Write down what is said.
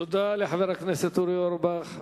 תודה לחבר הכנסת אורי אורבך.